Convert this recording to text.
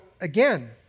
again